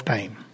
Time